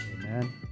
Amen